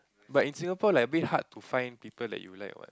but in Singapore like a bit hard to find people that you like what